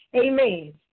Amen